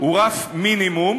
הוא רף מינימום,